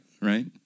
right